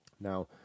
Now